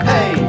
Hey